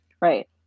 right